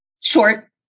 short